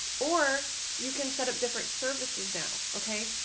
or you can set up different services now. ok,